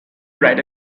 ride